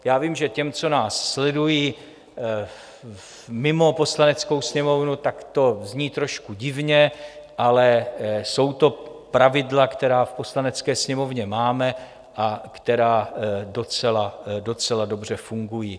Já vím, že těm, co nás sledují mimo Poslaneckou sněmovnu, to zní trošku divně, ale jsou to pravidla, která v Poslanecké sněmovně máme a která docela dobře fungují.